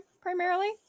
primarily